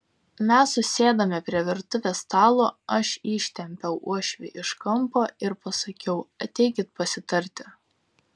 mes susėdome prie virtuvės stalo aš ištempiau uošvį iš kampo ir pasakiau ateikit pasitarti